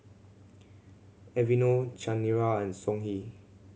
Aveeno Chanira and Songhe